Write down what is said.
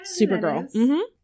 Supergirl